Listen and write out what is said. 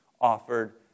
offered